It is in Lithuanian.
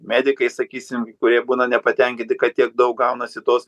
medikai sakysim kai kurie būna nepatenkinti kad tiek daug gaunasi tos